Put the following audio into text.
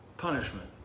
Punishment